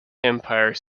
empire